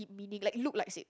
it meaning like look like sick